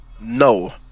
No